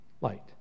light